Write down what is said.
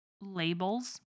labels